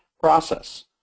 process